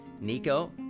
nico